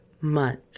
month